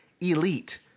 elite